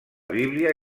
bíblia